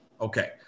Okay